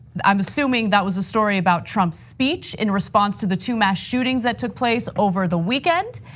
i'm assuming that was a story about trump's speech in response to the two mass shootings that took place over the weekend.